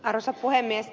arvoisa puhemies